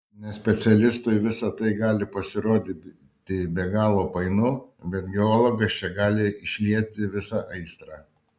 nespecialistui visa tai gali pasirodyti be galo painu bet geologas čia gali išlieti visą aistrą